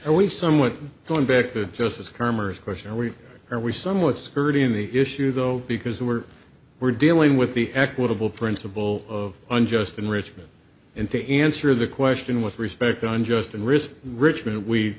always someone going back to justice kerr murs question and we are we somewhat skirting the issue though because we're we're dealing with the equitable principle of unjust enrichment and to answer the question with respect to unjust and risk richmond we